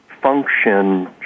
function